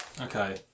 Okay